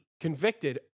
convicted